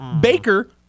Baker